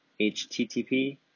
http